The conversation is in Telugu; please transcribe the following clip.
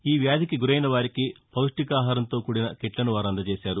ఈ వ్యాధికి గురైన వారికి పొష్టికాహారంతో కూడిన కిట్లను వారు అందజేశారు